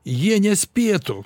jie nespėtų